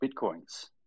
Bitcoins